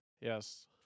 Yes